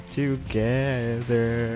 together